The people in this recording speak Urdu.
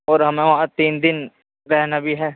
اور ہمیں وہاں تین دن رہنا بھی ہے